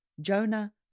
Jonah